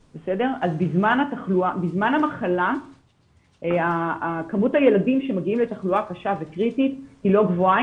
בזמן המחלה כמות הילדים שמגיעים לתחלואה קשה וקריטית היא לא גבוהה.